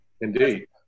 Indeed